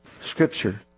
scripture